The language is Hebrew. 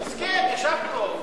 לא כל מי שיושב פה הוא